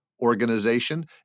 Organization